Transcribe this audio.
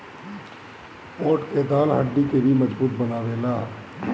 मोठ के दाल हड्डी के भी मजबूत बनावेला